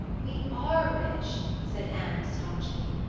we are rich, said anne staunchly.